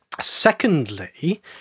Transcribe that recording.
Secondly